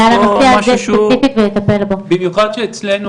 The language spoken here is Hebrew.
במיוחד שאצלנו